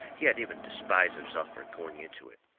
he had even despised himself fur going into it.